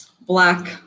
black